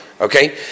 okay